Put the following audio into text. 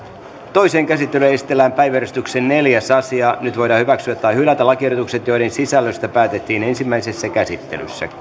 toiseen käsittelyyn esitellään päiväjärjestyksen neljäs asia nyt voidaan hyväksyä tai hylätä lakiehdotukset joiden sisällöstä päätettiin ensimmäisessä käsittelyssä